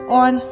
on